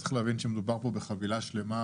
צריך להבין שמדובר פה בחבילה שלמה,